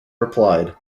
replied